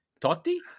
Totti